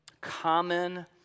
common